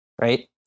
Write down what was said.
right